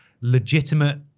legitimate